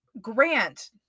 Grant